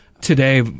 Today